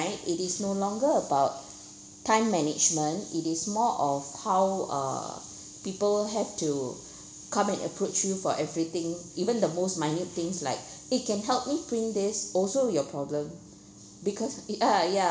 ~ight it is no longer about time management it is more of how uh people have to come and approach you for everything even the most minute things like eh can help me print this also your problem because i~ ah ya